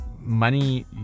money